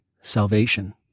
salvation